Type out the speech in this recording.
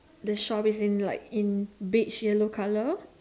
the shop is in like in beige yellow colour